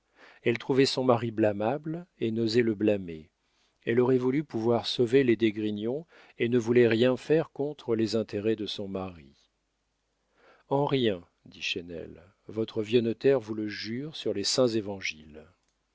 elle trouvait son mari blâmable et n'osait le blâmer elle aurait voulu pouvoir sauver les d'esgrignon et ne voulait rien faire contre les intérêts de son mari en rien dit chesnel votre vieux notaire vous le jure sur les saints évangiles